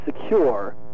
secure